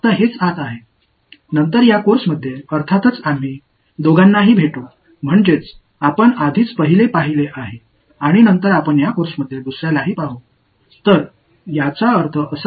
பிற்காலத்தில் நிச்சயமாக நாம் இரண்டையும் சந்திப்போம் அதாவது நாம் ஏற்கனவே முதல் ஒன்றைப் பார்த்திருக்கிறோம் பின்னர் இரண்டாவது பாடத்திலும் வருவோம்